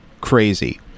crazy